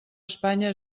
espanya